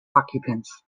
occupants